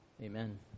Amen